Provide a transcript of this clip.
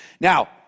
Now